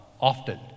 often